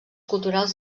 culturals